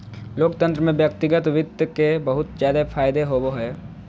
लोकतन्त्र में व्यक्तिगत वित्त के बहुत जादे फायदा होवो हय